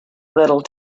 little